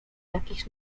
jakieś